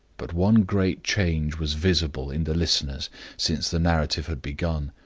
but one great change was visible in the listeners since the narrative had begun.